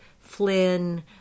Flynn